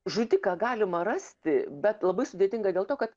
žudiką galima rasti bet labai sudėtinga dėl to kad